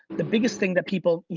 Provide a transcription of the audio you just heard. the biggest thing that people. yeah